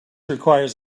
requires